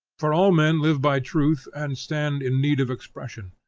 for all men live by truth and stand in need of expression.